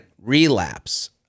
relapse